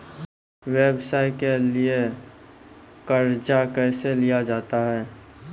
व्यवसाय के लिए कर्जा कैसे लिया जाता हैं?